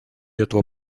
этого